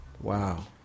Wow